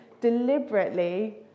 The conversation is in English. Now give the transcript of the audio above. deliberately